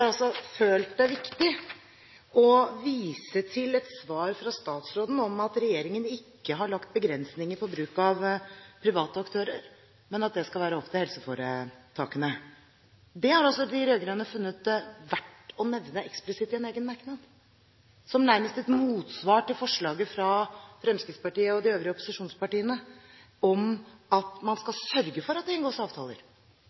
altså følt det viktig å vise til et svar fra statsråden om at regjeringen ikke har lagt begrensninger på bruk av private aktører, men at det skal være opp til helseforetakene. Det har altså de rød-grønne funnet verdt å nevne eksplisitt i en egen merknad, nærmest som et motsvar til forslaget fra Fremskrittspartiet og de øvrige opposisjonspartiene om at man